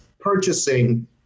purchasing